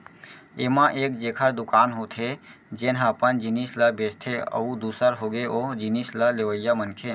ऐमा एक जेखर दुकान होथे जेनहा अपन जिनिस ल बेंचथे अउ दूसर होगे ओ जिनिस ल लेवइया मनखे